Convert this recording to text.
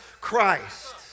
Christ